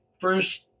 first